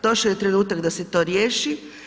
Došao je trenutak da se to riješi.